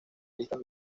listas